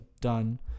done